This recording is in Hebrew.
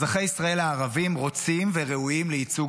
אזרחי ישראל הערבים רוצים וראויים לייצוג